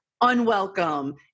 unwelcome